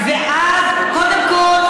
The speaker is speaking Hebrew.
קודם כול,